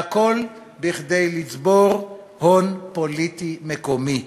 והכול כדי לצבור הון פוליטי מקומי.